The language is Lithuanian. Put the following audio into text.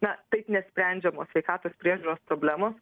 na taip nesprendžiamos sveikatos priežiūros problemos